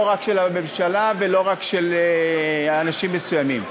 לא רק של הממשלה ולא רק של אנשים מסוימים.